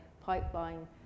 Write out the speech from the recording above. pipeline